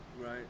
right